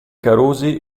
carusi